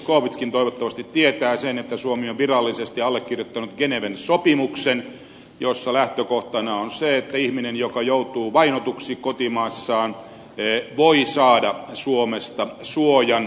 zyskowiczkin toivottavasti tietää sen että suomi on virallisesti allekirjoittanut geneven sopimuksen ja siinä lähtökohtana on se että ihminen joka joutuu vainotuksi kotimaassaan voi saada suomesta suojan